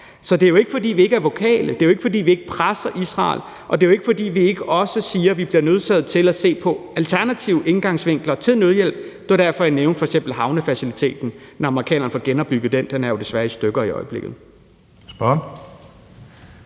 Så det er jo ikke, fordi vi ikke er tydelige, det er jo ikke, fordi vi ikke presser Israel, og det er jo ikke, fordi vi ikke også siger, at vi er nødsaget til at se på alternative indgangsvinkler til nødhjælp. Det var derfor, jeg nævnte f.eks. havnefaciliteten, når amerikanerne får genopbygget den. Den er jo desværre i stykker i øjeblikket.